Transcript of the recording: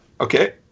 Okay